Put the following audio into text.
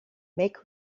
make